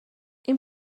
این